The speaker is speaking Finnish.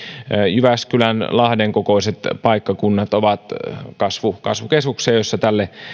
jyväskylän lahden kokoiset paikkakunnat ovat kasvukeskuksia joissa tälle